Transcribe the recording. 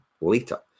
later